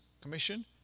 commission